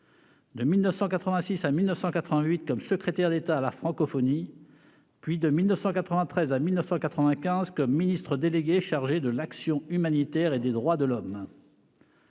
de 1986 à 1988 comme secrétaire d'État à la francophonie, puis de 1993 à 1995 comme ministre déléguée chargée de l'action humanitaire et des droits de l'homme.